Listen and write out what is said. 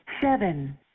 Seven